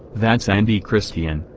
that's anti-christian,